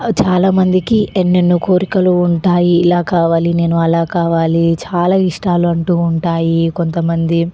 చాలామందికి ఎన్నెన్నో కోరికలు ఉంటాయి ఇలా కావాలి నేను అలా కావాలి చాలా ఇష్టాలు అంటు ఉంటాయి కొంతమంది